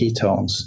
ketones